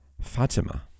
Fatima